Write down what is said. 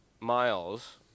miles